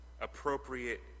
appropriate